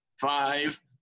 five